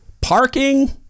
Parking